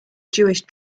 jewish